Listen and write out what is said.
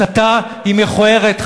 הסתה היא מכוערת,